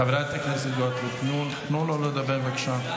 חברת הכנסת גוטליב, תנו לו לדבר, בבקשה.